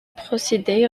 procédé